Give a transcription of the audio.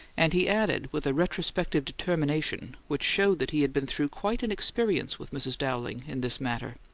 and he added with a retrospective determination which showed that he had been through quite an experience with mrs. dowling in this matter.